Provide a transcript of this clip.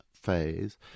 phase